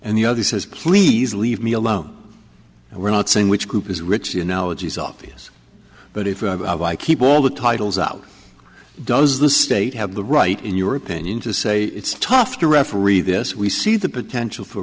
and the other says please leave me alone we're not saying which group is richie analogies obvious but if i keep all the titles out does the state have the right in your opinion to say it's tough to referee this we see the potential for